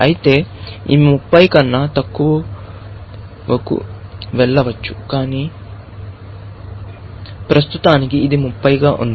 అయితే ఇది 30 కన్నా తక్కువకు వెళ్ళవచ్చు కాని ప్రస్తుతానికి ఇది 30 గా ఉంది